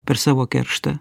per savo kerštą